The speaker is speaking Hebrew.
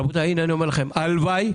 רבותיי,